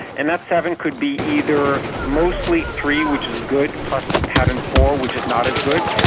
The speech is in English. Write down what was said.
and that seven could be either mostly three which is good, plus a pattern four which is not as good,